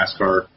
NASCAR